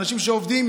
אנשים שעובדים,